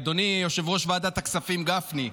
אדוני יושב-ראש ועדת הכספים גפני,